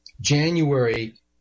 January